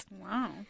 Wow